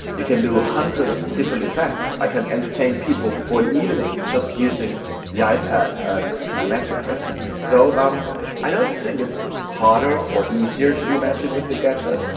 you can do hundreds of different effects. i can entertain people for an evening just using the ipad and my magic tricks. so um i don't think it's harder or easier to do magic with a gadget,